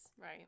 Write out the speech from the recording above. Right